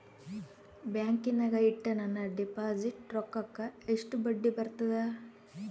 ಬ್ಯಾಂಕಿನಾಗ ಇಟ್ಟ ನನ್ನ ಡಿಪಾಸಿಟ್ ರೊಕ್ಕಕ್ಕ ಎಷ್ಟು ಬಡ್ಡಿ ಬರ್ತದ?